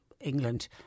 England